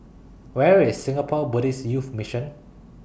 Where IS Singapore Buddhist Youth Mission